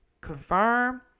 confirm